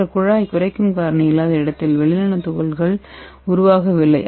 மற்ற குழாய் குறைக்கும் காரணி இல்லாத இடத்தில் வெள்ளி நானோ துகள்கள் உருவாகவில்லை